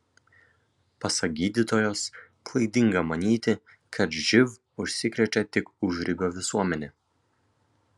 pasak gydytojos klaidinga manyti kad živ užsikrečia tik užribio visuomenė